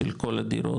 של כל הדירות,